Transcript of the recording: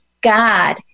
god